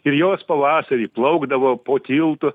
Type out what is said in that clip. ir jos pavasarį plaukdavo po tiltu